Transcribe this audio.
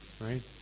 Right